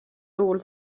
tuul